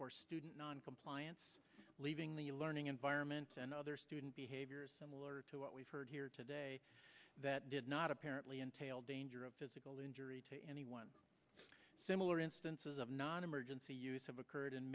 for student noncompliance leaving the learning environment and other student behaviors similar to what we've heard here today that did not apparently entail danger of physical injury to anyone similar instances of non emergency use have occurred